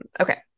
okay